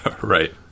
right